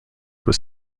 was